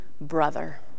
brother